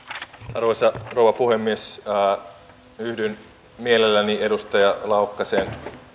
arvoisa rouva puhemies yhdyn mielelläni edustaja laukkasen